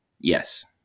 Yes